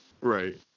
Right